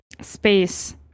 space